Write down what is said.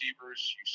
receivers